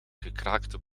gekraakte